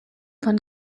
von